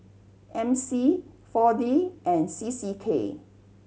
M C Four D and C C K